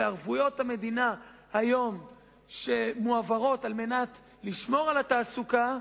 וערבויות המדינה שמועברות היום על מנת לשמור על התעסוקה,